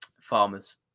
Farmers